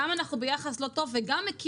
כדי שאתם --- זה חמור מאוד.